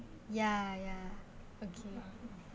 ya ya okay